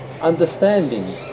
understanding